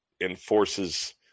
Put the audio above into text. enforces